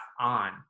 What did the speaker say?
on